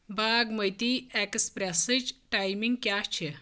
باگ مٔتی ایکسپرسٕچ ٹایمِنگ کیاہ چھِ